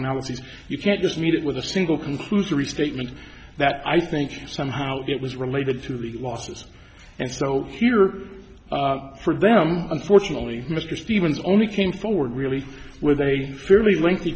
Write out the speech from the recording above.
analyses you can't just meet it with a single conclusory statement that i think somehow it was related to the losses and so here for them unfortunately mr stevens only came forward really with a fairly lengthy